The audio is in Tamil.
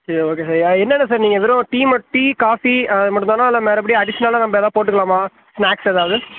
சரி ஒகே சார் என்னென்ன சார் நீங்கள் வெறும் டீ மட் டீ காஃபி அது மட்டுந்தானா இல்லை மறுபடியும் அடிஷ்னலாக நம்ம ஏதாது போட்டுகலாமா ஸ்நேக்ஸ் எதாவது